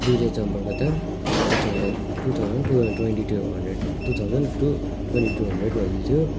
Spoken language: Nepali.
दुइटा जम्परको दाम two thousand two thousand twenty two hundred two thousand two twenty two hundred भनेको थियो